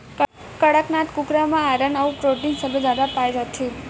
कड़कनाथ कुकरा म आयरन अउ प्रोटीन सबले जादा पाए जाथे